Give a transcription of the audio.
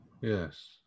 Yes